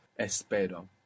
espero